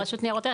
רשות ניירות ערך.